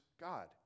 God